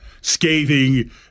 scathing